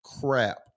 crap